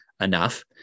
enough